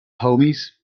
homies